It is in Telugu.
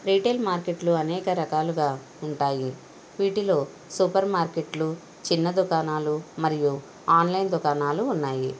రీటైల్ మార్కెట్లు అనేక రకాలుగా ఉంటాయి వీటిలో సూపర్ మార్కెట్లు చిన్న దుకాణాలు మరియు ఆన్లైన్ దుకాణాలు ఉన్నాయి